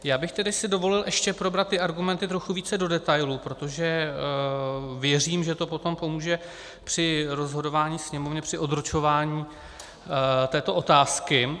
Já bych si dovolil ještě probrat ty argumenty trochu více do detailů, protože věřím, že to potom pomůže při rozhodování Sněmovny při odročování této otázky.